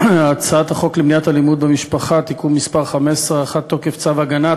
הצעת החוק למניעת אלימות במשפחה (תיקון מס' 15) (הארכת תוקף צו הגנה),